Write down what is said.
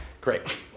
Great